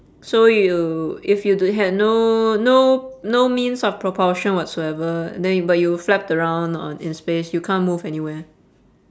so you if you d~ had no no no means of propulsion whatsoever and then you but you flapped around on in space you can't move anywhere